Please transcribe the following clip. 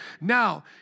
Now